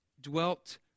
dwelt